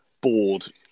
bored